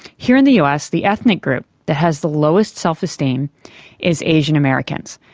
here in the us the ethnic group that has the lowest self-esteem is asian americans,